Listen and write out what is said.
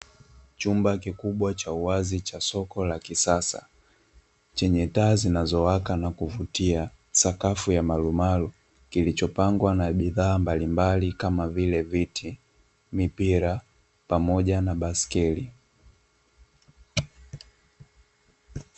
Chumba kikubwa cha uwazi cha soko la kisasa, chenye taa zinazowaka na kuvutia, sakafu ya marumaru. Kilichopangwa na bidhaa mbalimbali kama vile viti, mipira pamoja na baiskeli.